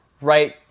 right